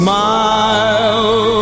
Smile